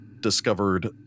discovered